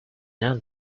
not